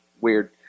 weird